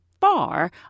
far